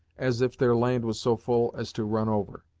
as if their land was so full as to run over.